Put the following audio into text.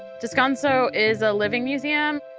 descanso is a living museum.